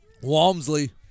Walmsley